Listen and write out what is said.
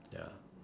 ya